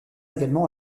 également